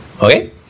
Okay